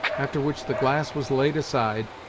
after which the glass was laid aside,